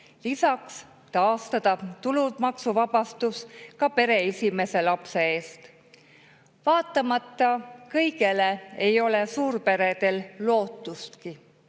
Lisaks taastada tulumaksuvabastus ka pere esimese lapse eest. Vaatamata kõigele ei ole suurperedel lootustki,